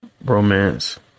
romance